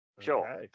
Sure